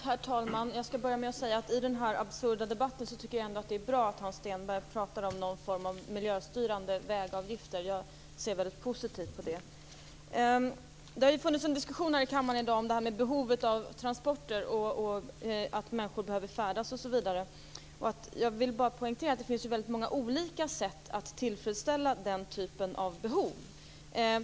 Herr talman! Jag skall börja med att säga att jag i den här absurda debatten ändå tycker att det är bra att Hans Stenberg pratar om någon form av miljöstyrande vägavgifter. Jag ser väldigt positivt på det. Det har funnits en diskussion här i kammaren i dag om behovet av transporter; att människor behöver färdas osv. Jag vill bara poängtera att det finns väldigt många olika sätt att tillfredsställa den typen av behov.